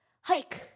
Hike